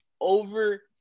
over